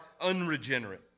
unregenerate